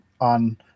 on